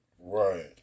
Right